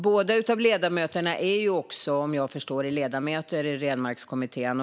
Båda ledamöterna är vad jag förstår också ledamöter i Renmarkskommittén.